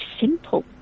simple